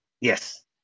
Yes